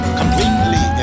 completely